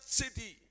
city